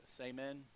Amen